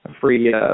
free